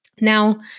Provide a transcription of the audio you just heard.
Now